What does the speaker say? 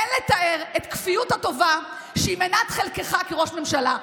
אין לתאר את כפיות הטובה שהיא מנת חלקך כראש ממשלה.